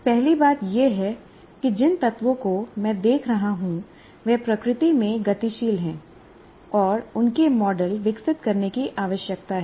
पहली बात यह है कि जिन तत्वों को मैं देख रहा हूं वे प्रकृति में गतिशील हैं और उनके मॉडल विकसित करने की आवश्यकता है